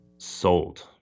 Sold